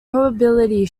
probability